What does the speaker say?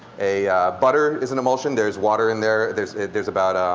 a butter is an emulsion. there's water in there, there's there's about